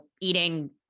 eating